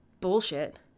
bullshit